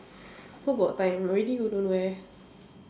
who got time already you don't wear